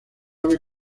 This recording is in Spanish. aves